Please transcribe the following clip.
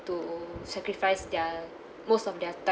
to sacrifice their most of their time